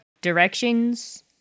directions